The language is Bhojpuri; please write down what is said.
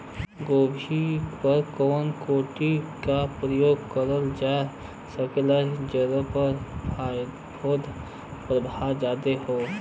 गोभी पर कवन कीट क प्रयोग करल जा सकेला जेपर फूंफद प्रभाव ज्यादा हो?